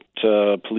police